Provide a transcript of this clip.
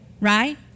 right